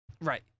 Right